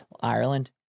Ireland